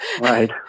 Right